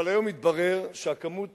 אבל היום התברר שכמות